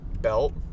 belt